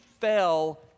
fell